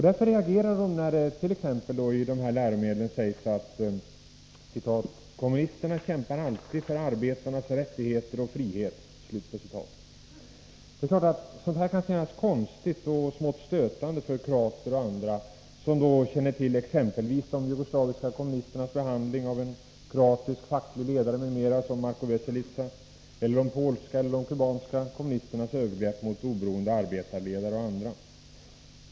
Därför reagerar de när det t.ex. i dessa läromedel sägs: ”Kommunisterna kämpar alltid för arbetarnas rättigheter och frihet.” Det är klart att sådant kan kännas konstigt och smått stötande för kroater och andra som känner till exempelvis de jugoslaviska kommunisternas behandling av en kroatisk facklig ledare m.m. som Marco Veselica — eller de polska eller kubanska kommunisternas övergrepp mot oberoende arbetarledare och andra.